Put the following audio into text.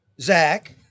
Zach